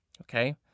Okay